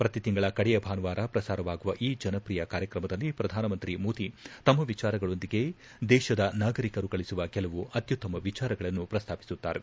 ಪ್ರತಿ ತಿಂಗಳ ಕಡೆಯ ಭಾನುವಾರ ಪ್ರಸಾರವಾಗುವ ಈ ಜನಪ್ರಿಯ ಕಾರ್ಯಕ್ರಮದಲ್ಲಿ ಪ್ರಧಾನಮಂತ್ರಿ ಮೋದಿ ತಮ್ಮ ವಿಚಾರಗಳೊಂದಿಗೆ ದೇಶದ ನಾಗರಿಕರು ಕಳಿಸುವ ಕೆಲವು ಅತ್ಯುತ್ತಮ ವಿಚಾರಗಳನ್ನು ಪ್ರಸ್ತಾಪಿಸುತ್ತಾರೆ